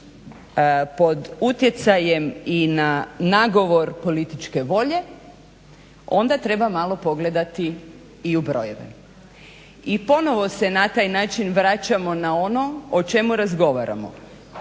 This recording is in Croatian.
pod utjecajem i na nagovor političke volje onda treba malo pogledati i u brojeve. I ponovo se na taj način vraćamo na ono o čemu razgovaramo,